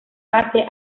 base